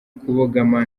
kubogama